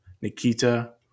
nikita